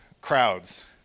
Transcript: crowds